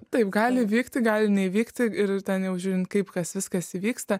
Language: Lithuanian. taip gali vykti gali neįvykti ir ten jau žiūrint kaip kas viskas vyksta